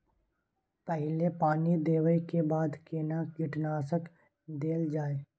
पहिले पानी देबै के बाद केना कीटनासक देल जाय?